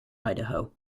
idaho